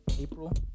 April